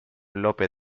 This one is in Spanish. lope